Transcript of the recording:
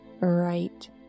right